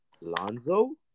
Lonzo